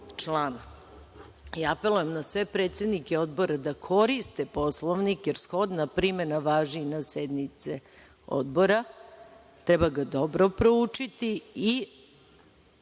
I apelujem na sve predsednike odbora da koriste Poslovnik jer shodna primena važi i na sednice odbora. Treba ga dobro proučiti i